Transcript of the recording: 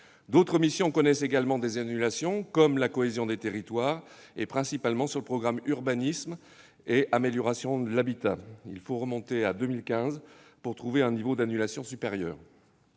D'autres missions connaissent également des annulations, comme la « Cohésion des territoires », principalement sur le programme « Urbanisme et amélioration de l'habitat ». Il faut remonter à 2015 pour trouver un niveau d'annulation supérieur.